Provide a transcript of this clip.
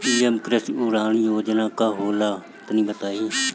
PM Krishi Udan Yojana का होला तनि बताई?